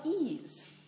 ease